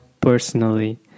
personally